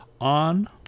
On